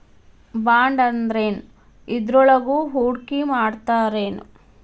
ಬಾಂಡಂದ್ರೇನ್? ಇದ್ರೊಳಗು ಹೂಡ್ಕಿಮಾಡ್ತಾರೇನು?